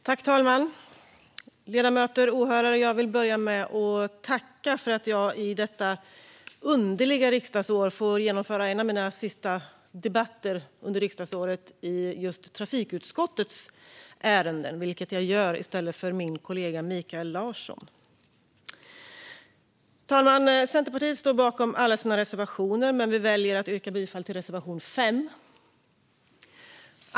Fru talman, ledamöter och åhörare! Jag vill börja med att tacka för att jag får genomföra en av mina sista debatter detta underliga riksdagsår i just trafikutskottets ärenden, vilket jag gör i stället för min kollega Mikael Larsson. Fru talman! Centerpartiet står bakom alla sina reservationer, men jag väljer att yrka bifall endast till reservation 5.